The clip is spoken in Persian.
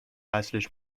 اصلش